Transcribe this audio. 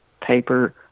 paper